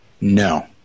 No